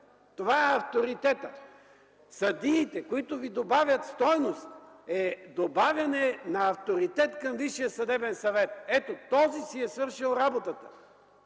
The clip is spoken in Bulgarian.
това е авторитетът! Съдиите, които ви добавят стойност е добавяне на авторитет към Висшия съдебен съвет – ето този си е свършил работата!